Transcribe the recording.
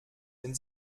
den